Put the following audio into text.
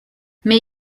mais